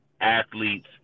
athletes